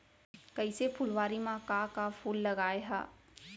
कइसे फुलवारी म का का फूल लगाय हा?